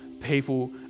people